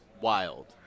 wild